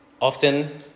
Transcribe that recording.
often